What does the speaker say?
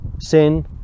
sin